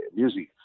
music